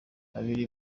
babiri